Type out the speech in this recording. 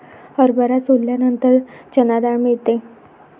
हरभरा सोलल्यानंतर चणा डाळ मिळते